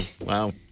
wow